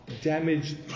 damaged